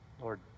Lord